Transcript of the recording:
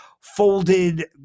folded